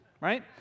Right